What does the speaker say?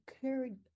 carried